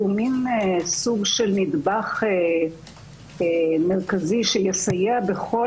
הוא סוג של נדבך מרכזי שיסייע בכל